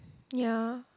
ya